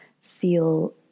feel